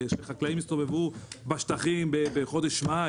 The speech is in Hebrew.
שחקלאים יסתובבו בשטחים בחודש מאי,